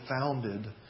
founded